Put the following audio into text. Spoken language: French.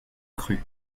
crue